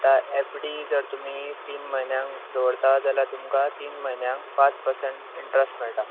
आतां एफडी जर तुमी तीन म्हयन्यांक दवरता जाल्यार तुमकां तीन म्हयन्यांक पांच पर्सेट इंट्रस्ट मेळटा